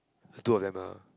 the two of them ah